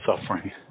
suffering